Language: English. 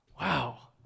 Wow